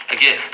Again